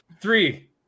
three